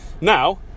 Now